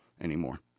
anymore